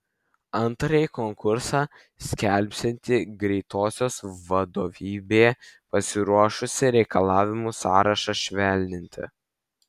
antrąjį konkursą skelbsianti greitosios vadovybė pasiruošusi reikalavimų sąrašą švelninti